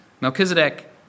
Melchizedek